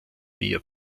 via